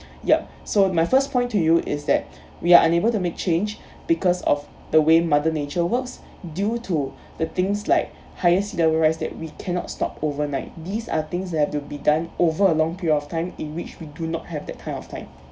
yup so my first point to you is that we are unable to make change because of the way mother nature works due to the things like higher sea level rise that we cannot stop overnight these are things that have to be done over a long period of time in which we do not have that kind of time